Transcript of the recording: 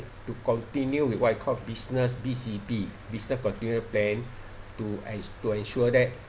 to continue with what you called business B_C_P business continuity plan to en~ to ensure that